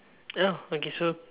ya oh okay so